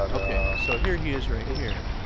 ah okay, so here he is right here.